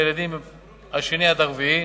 לילדים במיקום השני עד הרביעי.